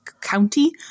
county